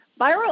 Viral